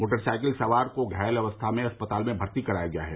motor cycle सवार को घायल अवस्था में अस्पताल में भर्ती कराया गया है